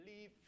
leave